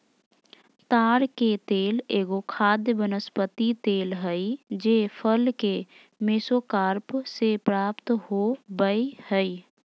ताड़ के तेल एगो खाद्य वनस्पति तेल हइ जे फल के मेसोकार्प से प्राप्त हो बैय हइ